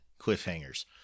cliffhangers